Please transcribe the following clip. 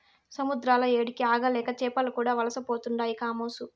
సముద్రాల ఏడికి ఆగలేక చేపలు కూడా వలసపోతుండాయి కామోసు